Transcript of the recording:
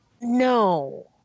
No